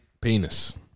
penis